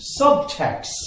subtext